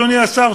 אדוני השר,